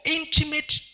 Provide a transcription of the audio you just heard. intimate